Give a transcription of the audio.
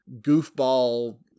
goofball